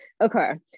Okay